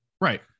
Right